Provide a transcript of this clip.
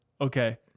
Okay